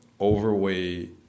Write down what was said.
overweight